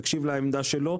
תקשיב לעמדה שלו,